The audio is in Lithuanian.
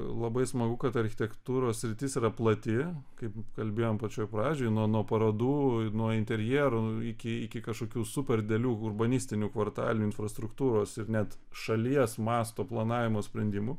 labai smagu kad architektūros sritis yra plati kaip kalbėjom pačioj pradžioj nuo nuo parodų nuo interjerų iki iki kažkokių superdidelių urbanistinių kvartalinių infrastruktūros ir net šalies masto planavimo sprendimų